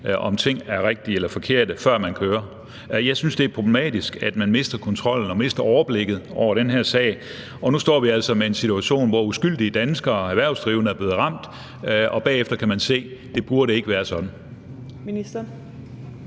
om tingene er rigtige eller forkerte, før man kører. Jeg synes, det er problematisk at man mister kontrollen og mister overblikket over den her sag, og nu står vi altså med en situation, hvor uskyldige danske erhvervsdrivende er blevet ramt. Og bagefter kan man se, at det ikke burde være sådan.